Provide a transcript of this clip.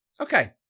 Okay